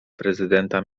prezydenta